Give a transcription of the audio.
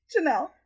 Janelle